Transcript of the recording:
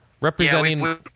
representing